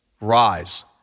rise